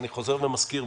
אני חוזר ומזכיר,